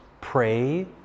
Pray